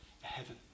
heaven